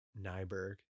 nyberg